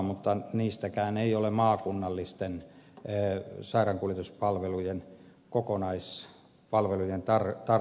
mutta niistäkään ei ole maakunnallisten sairaankuljetuspalvelujen kokonaispalvelujen tarjoajiksi